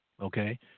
okay